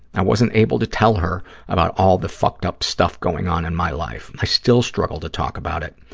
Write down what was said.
i wasn't able to tell her about all the fucked-up stuff going on in my life. i still struggle to talk about it.